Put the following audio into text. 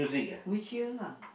which year lah